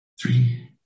Three